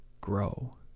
grow